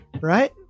right